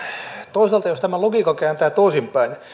toisaalta jos tämän logiikan kääntää toisinpäin